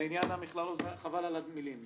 לעניין המכללות, חבל על המילים.